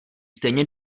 stejně